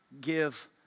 give